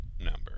number